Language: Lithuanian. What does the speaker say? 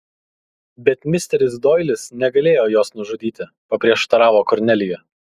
bet misteris doilis negalėjo jos nužudyti paprieštaravo kornelija